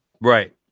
Right